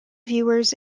viewers